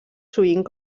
sovint